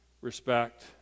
respect